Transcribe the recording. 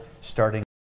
starting